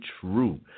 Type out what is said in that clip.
true